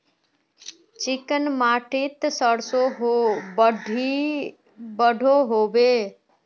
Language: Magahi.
चिकन माटित सरसों बढ़ो होबे?